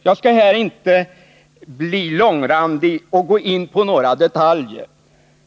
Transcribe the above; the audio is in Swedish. Jag skall inte här bli långrandig och gå in på några detaljer.